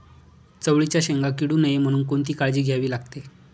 चवळीच्या शेंगा किडू नये म्हणून कोणती काळजी घ्यावी लागते?